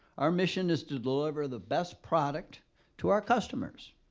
our mission is to deliver the best product to our customers.